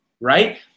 right